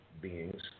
beings